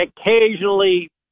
occasionally